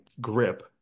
grip